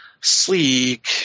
sleek